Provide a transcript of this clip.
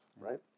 right